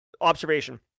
observation